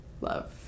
love